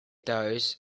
those